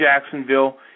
Jacksonville